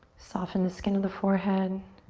soften the skin of the forehead.